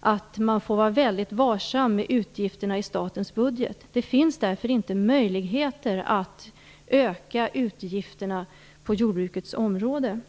att man får vara väldigt varsam med utgifterna i statens budget. Det finns därför inte möjligheter att öka utgifterna på jordbrukets område.